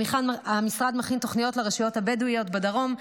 המשרד מכין תוכניות לרשויות הבדואיות בדרום,